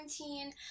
quarantine